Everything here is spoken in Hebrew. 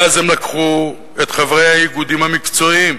ואז הם לקחו את חברי האיגודים המקצועיים,